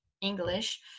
English